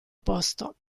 posto